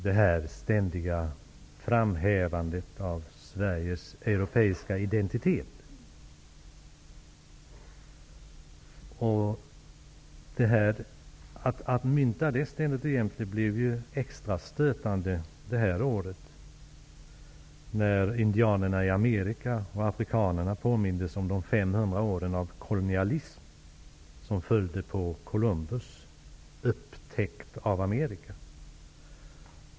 Det ständiga framhävandet av Sveriges europeiska identitet, och att ständigt och jämt mynta detta uttryck, blev extra stötande detta år när indianerna i Amerika och afrikanerna påminns om de 500 åren av kolonialism som följde på Columbus ''upptäckt'' av Amerika.